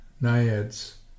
naiads